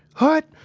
hut!